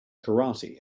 karate